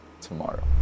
tomorrow